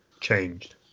changed